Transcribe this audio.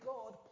God